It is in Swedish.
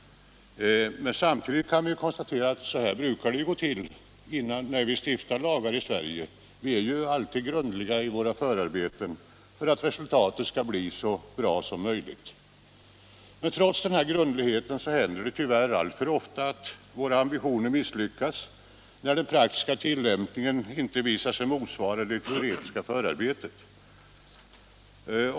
Samtidigt kan vi konstatera att så här brukar det gå till i Sverige när vi stiftar lagar — vi är alltid grundliga i förarbetet för att resultatet skall bli så bra som möjligt. Trots denna grundlighet händer det tyvärr alltför ofta att våra ambitioner misslyckas — den praktiska tillämpningen motsvarar inte alltid det teoretiska förarbetet.